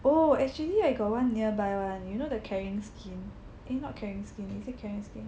oh actually I got one nearby [one] you know the caring skin eh not caring skin is it caring skin